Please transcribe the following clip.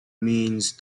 means